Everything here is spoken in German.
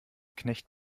knecht